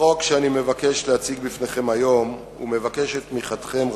החוק שאני מבקש להציג בפניכם היום ומבקש את תמיכתכם בו,